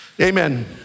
Amen